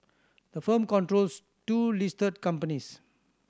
the firm controls two listed companies